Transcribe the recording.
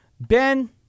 Ben